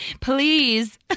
Please